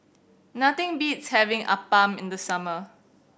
nothing beats having appam in the summer